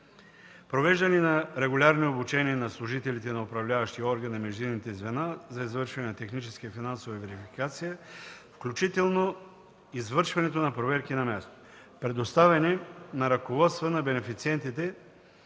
Провеждане на регулярно обучение на служителите на управляващия орган и на междинните звена за извършване на техническа и финансова верификация, включително извършването на проверки на място. Предоставяне на ръководства на бенефициентите